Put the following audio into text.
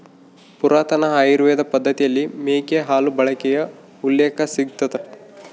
ಪುರಾತನ ಆಯುರ್ವೇದ ಪದ್ದತಿಯಲ್ಲಿ ಮೇಕೆ ಹಾಲು ಬಳಕೆಯ ಉಲ್ಲೇಖ ಸಿಗ್ತದ